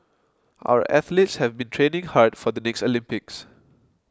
our athletes have been training hard for the next Olympics